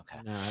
Okay